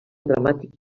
dramàtic